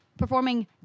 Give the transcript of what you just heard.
performing